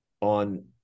on